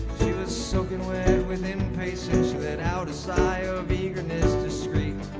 she was soaking wet with impatience she let out a sigh of eagerness discretely